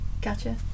Gotcha